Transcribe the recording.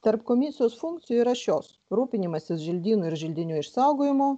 tarp komisijos funkcijų yra šios rūpinimasis želdynų ir želdinių išsaugojimu